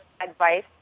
advice